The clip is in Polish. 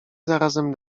zarazem